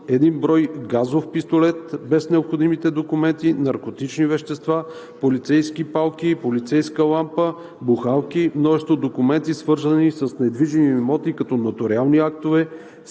един брой газов пистолет без необходимите документи; наркотични вещества; полицейски палки, полицейска лампа; бухалки; множество документи, свързани с недвижими имоти като нотариални актове,